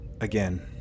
Again